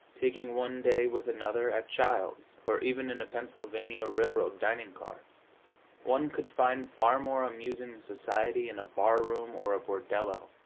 taking one day with another, at childs', or even in a pennsylvania railroad dining-car one could find far more amusing society in a bar-room or a bordello,